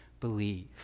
believe